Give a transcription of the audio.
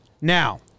Now